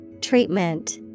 Treatment